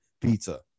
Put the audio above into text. pizza